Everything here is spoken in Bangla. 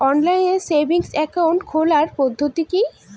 অনলাইন সেভিংস একাউন্ট খোলার পদ্ধতি কি?